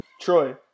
Troy